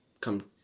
come